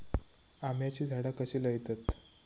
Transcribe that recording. आम्याची झाडा कशी लयतत?